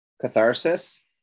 Catharsis